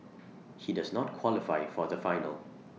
he does not qualify for the final